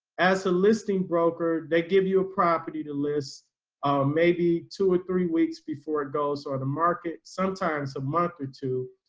as a listing broker, they give you a property to list maybe two or three weeks before it goes on the market, sometimes a month or two,